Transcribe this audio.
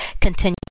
continue